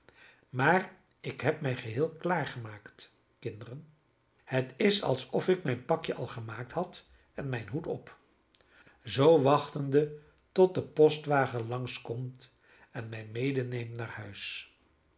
maar ik heb mij geheel klaargemaakt kinderen het is alsof ik mijn pakje al gemaakt had en mijn hoed op zoo wachtende tot de postwagen langs komt en mij medeneemt naar huis